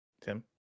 Tim